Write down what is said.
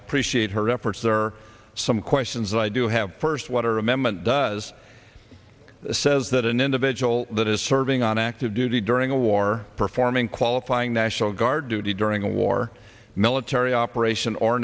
appreciate her efforts there are some questions that i do have first what i remember and does says that an individual that is serving on active duty during a war performing qualifying national guard duty during a war military operation or